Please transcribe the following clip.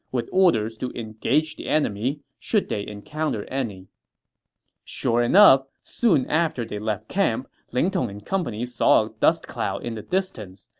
with orders to engage the enemy should they encounter any sure enough, soon after they left camp, ling tong and company saw a dust cloud in the distance,